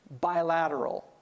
bilateral